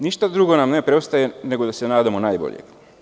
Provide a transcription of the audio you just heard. Ništa drugo nam ne preostaje nego da se nadamo najboljem.